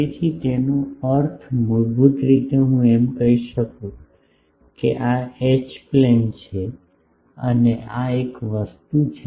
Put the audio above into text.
તેથી તેનો અર્થ મૂળભૂત રીતે હું એમ કહી શકું છું કે આ એચ પ્લેન છે અને આ એક વસ્તુ છે